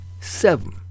seven